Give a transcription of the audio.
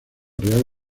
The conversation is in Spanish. real